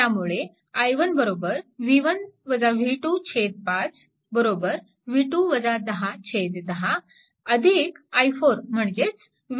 त्यामुळे i1 5 10 i4 म्हणजेच v2 5